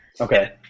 Okay